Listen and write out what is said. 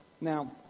Now